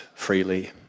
Freely